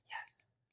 yes